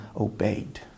obeyed